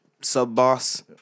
sub-boss